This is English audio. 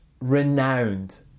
Renowned